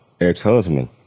ex-husband